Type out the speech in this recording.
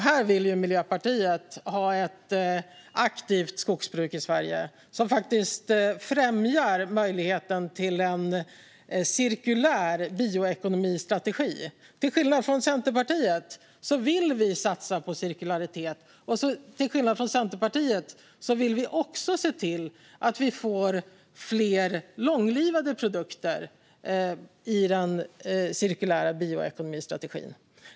Här vill ju Miljöpartiet ha ett aktivt skogsbruk i Sverige som faktiskt främjar möjligheten till en cirkulär bioekonomistrategi. Till skillnad från Centerpartiet vill vi satsa på cirkularitet, och till skillnad från Centerpartiet vill vi även se till att vi får fler långlivade produkter i den cirkulära bioekonomistrategin.